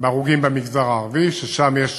בהרוגים במגזר הערבי, ששם יש